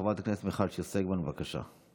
חברת הכנסת מיכל שיר סגמן, בבקשה.